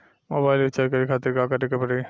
Mobile recharge करे खातिर का करे के पड़ी?